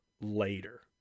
later